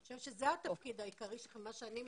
אני חושבת שזה התפקיד העיקרי שלכם ממה שאני מבינה.